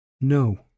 No